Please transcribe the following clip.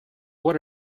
what